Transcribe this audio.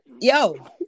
Yo